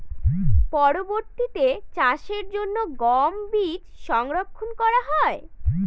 পরবর্তিতে চাষের জন্য গম বীজ সংরক্ষন করা হয়?